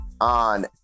on